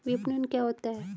विपणन क्या होता है?